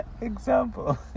example